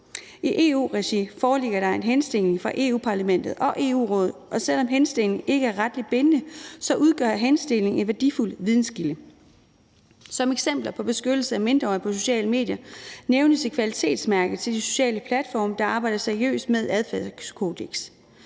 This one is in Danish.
I EU-regi foreligger der en henstilling fra Europa-Parlamentet og EU-rådet, og selv om henstillingen ikke er retligt bindende, udgør henstillingen en værdifuld videnskilde. Som eksempler på beskyttelse af mindreårige på sociale medier nævnes et kvalitetsmærke til de sociale platforme, der arbejder seriøst med et adfærdskodeks.